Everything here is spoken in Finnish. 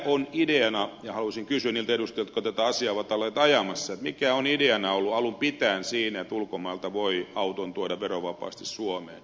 haluaisin kysyä niiltä edustajilta jotka tätä asiaa ovat olleet ajamassa mikä on ideana ollut alun pitäen siinä että ulkomailta voi auton tuoda verovapaasti suomeen